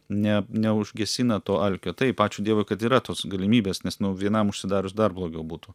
ne neužgesina to alkio taip ačiū dievui kad yra tos galimybės nes nuo vienam užsidarius dar blogiau būtų